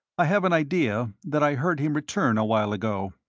i have an idea that i heard him return a while ago.